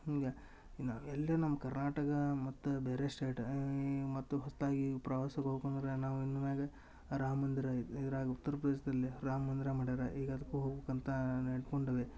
ಹೀಗೆ ನಾವು ಎಲ್ಲಿ ನಮ್ಮ ಕರ್ನಾಟಕ ಮತ್ತೆ ಬೇರೆ ಸ್ಟೇಟ್ ಈ ಮತ್ತು ಹೊಸ್ತಾಗಿ ಈ ಪ್ರವಾಸಕ್ಕೆ ಹೋಗುಕ ಅಂದ್ರ ನಾವು ಇನ್ಮ್ಯಾಗ ರಾಮ ಮಂದಿರ ಐತ ಇದ್ರಾಗ ಉತ್ತರ ಪ್ರದೇಶದಲ್ಲಿ ರಾಮ ಮಂದಿರ ಮಾಡ್ಯಾರ ಈಗ ಅದ್ಕೂ ಹೋಗ್ಬಕಂತ ನೆಡ್ಕೊಂಡಿವಿ